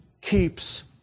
keeps